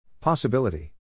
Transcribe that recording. possibility